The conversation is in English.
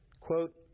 Quote